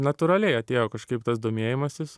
natūraliai atėjo kažkaip tas domėjimasis